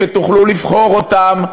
שתוכלו לבחור אותם,